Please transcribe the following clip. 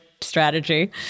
strategy